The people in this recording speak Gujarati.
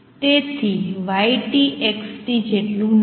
તેથી આ y x જેટલું નથી